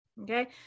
Okay